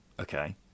Okay